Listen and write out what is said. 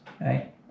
right